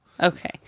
okay